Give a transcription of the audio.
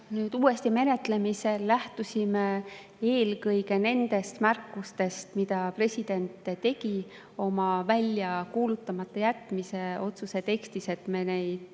uuesti menetlemisel lähtusime me eelkõige nendest märkustest, mida president tegi oma välja kuulutamata jätmise otsuse tekstis. Me